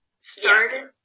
started